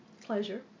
pleasure